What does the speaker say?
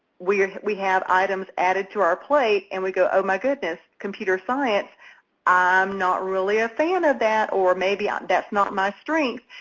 we we have items added to our plate and we go, oh my goodness, computer science? i'm not really a fan of that or maybe um that's not my strength.